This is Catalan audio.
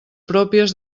pròpies